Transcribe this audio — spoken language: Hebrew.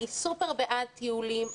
אני סופר בעד טיולים,